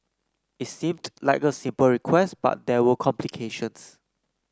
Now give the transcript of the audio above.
it seemed like a simple request but there were complications